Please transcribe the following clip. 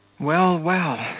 well, well,